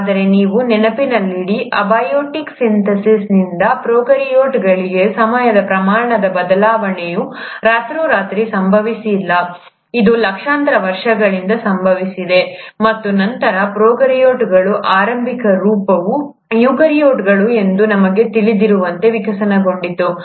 ಆದರೆ ನೀವು ನೆನಪಿನಲ್ಲಿಡಿ ಅಬಿಯೋಟಿಕ್ ಸಿಂಥೆಸಿಸ್ನಿಂದ ಪ್ರೊಕಾರ್ಯೋಟ್ಗಳಿಗೆ ಈ ಸಮಯದ ಪ್ರಮಾಣದ ಬದಲಾವಣೆಯು ರಾತ್ರೋರಾತ್ರಿ ಸಂಭವಿಸಿಲ್ಲ ಇದು ಲಕ್ಷಾಂತರ ವರ್ಷಗಳಿಂದ ಸಂಭವಿಸಿದೆ ಮತ್ತು ನಂತರ ಪ್ರೊಕಾರ್ಯೋಟ್ಗಳ ಆರಂಭಿಕ ರೂಪವು ಯುಕ್ಯಾರಿಯೋಟ್ಗಳು ಎಂದು ನಮಗೆ ತಿಳಿದಿರುವಂತೆ ವಿಕಸನಗೊಂಡಿತು